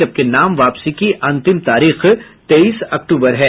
जबकि नाम वापसी की अंतिम तारीख तेईस अक्टूबर है